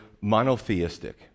monotheistic